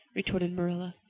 retorted marilla,